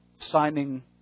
signing